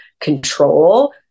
control